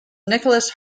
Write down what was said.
nicholas